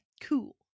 Cool